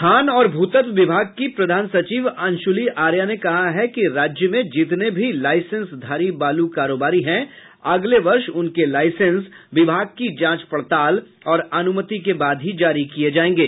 खान और भू तत्व विभाग की प्रधान सचिव अंशुली आर्या ने कहा है कि राज्य में जितने भी लाईसेंधारी बालू कारोबारी हैं अगले वर्ष उनके लाईसेंस विभाग की जांच पड़ताल और अनुमति के बाद ही जारी किये जायेंगे